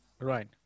Right